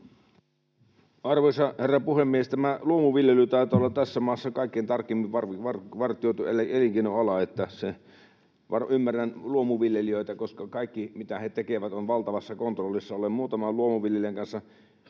Arvoisa herra puhemies! Tämä luomuviljely taitaa olla tässä maassa kaikkein tarkimmin vartioitu elinkeinoala. Ymmärrän luomuviljelijöitä, koska kaikki, mitä he tekevät, on valtavassa kontrollissa. Olen muutaman luomuviljelijän kanssa